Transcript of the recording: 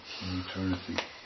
eternity